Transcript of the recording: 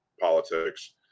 politics